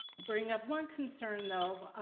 bring ah one concern, though.